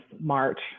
March